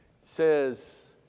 says